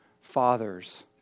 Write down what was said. fathers